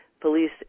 police